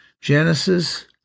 Genesis